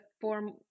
form